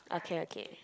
okay okay